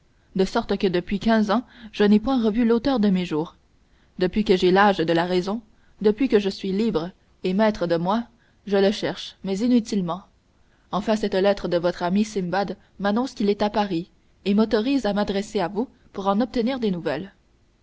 de sorte que depuis quinze ans je n'ai point revu l'auteur de mes jours depuis que j'ai l'âge de raison depuis que je suis libre et maître de moi je le cherche mais inutilement enfin cette lettre de votre ami simbad m'annonce qu'il est à paris et m'autorise à m'adresser à vous pour en obtenir des nouvelles